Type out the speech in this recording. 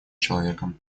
человеком